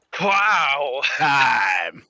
Wow